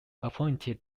appointed